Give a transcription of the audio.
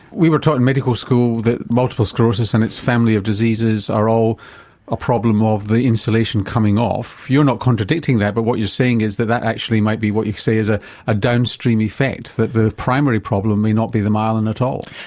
we were taught at and medical school that multiple sclerosis and its family of diseases are all a problem of the insulation coming off, you're not contradicting that but what you're saying is that that actually might be what you say is ah a downstream effect, that the primary problem may not be the myelin at all.